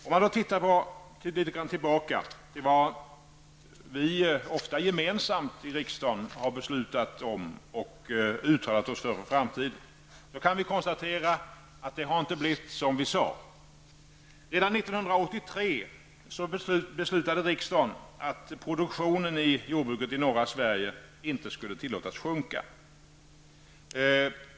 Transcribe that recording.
Om man tittar tillbaka på vad vi i riksdagen ofta gemensamt har beslutat om och uttalat oss för när det gäller framtiden, kan vi konstatera att det inte har blivit som vi sade. Redan 1983 beslutade riksdagen att produktionen i jordbruket i norra Sverige inte skulle tillåtas sjunka.